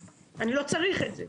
אני לא צריך את זה